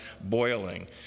boiling